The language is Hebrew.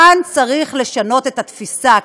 כאן צריך לשנות את התפיסה,